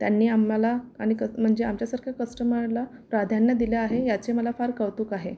त्यांनी आम्हाला आणि कत् म्हणजे आमच्यासारख्या कस्टमरला प्राधान्य दिलं आहे याचे मला फार कौतुक आहे